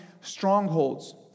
strongholds